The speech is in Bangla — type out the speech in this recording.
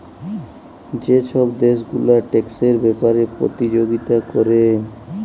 যে ছব দ্যাশ গুলা ট্যাক্সের ব্যাপারে পতিযগিতা ক্যরে